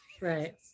Right